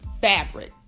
fabric